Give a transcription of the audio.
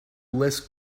less